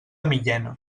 millena